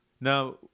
Now